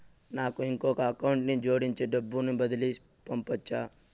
నాకు ఇంకొక అకౌంట్ ని జోడించి డబ్బును బదిలీ పంపొచ్చా?